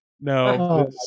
no